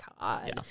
God